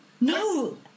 no